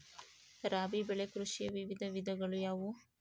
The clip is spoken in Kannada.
ರಾಬಿ ಬೆಳೆ ಕೃಷಿಯ ವಿವಿಧ ವಿಧಗಳು ಯಾವುವು?